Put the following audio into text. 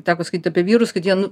teko skaityt apie vyrus kad jie